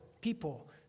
people